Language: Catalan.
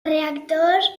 reactors